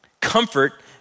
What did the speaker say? Comfort